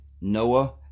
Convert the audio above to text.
Noah